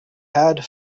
had